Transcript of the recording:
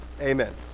Amen